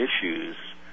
issues